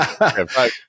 Okay